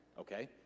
okay